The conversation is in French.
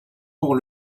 pour